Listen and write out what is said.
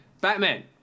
Batman